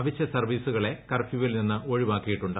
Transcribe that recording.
അവശ്യസർവീസുകളെ കർഫ്യൂവിൽ നിന്ന് ഒഴിവാക്കിയിട്ടുണ്ട്